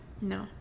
No